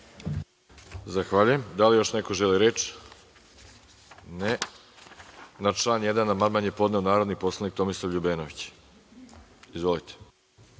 Zahvaljujem. Da li još neko želi reč? (Ne.)Na član 1. amandman je podneo narodni poslanik Tomislav Ljubenović. Izvolite.